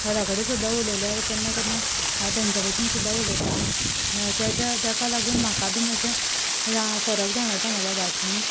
घराकडेन सुद्दां उलयल्यार केन्ना केन्ना हांव तेंच्या भशेन सुद्दां उलयता जेच्या जाका लागून म्हाका बी मातशे फरक जाणवता म्हज्या भाशेंत